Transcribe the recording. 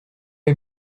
est